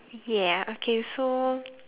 yeah okay so